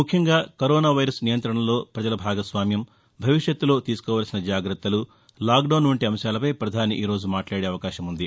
ముఖ్యంగా corona virus నియంత్రణలో ప్రపజల భాగస్వామ్యం భవిష్యత్తులో తీసుకోవల్సిన జాగ్రత్తలు లాక్ డౌన్ వంటి అంశాలపై ప్రధాని ఈరోజు మాట్లాదే అవకాశం ఉంది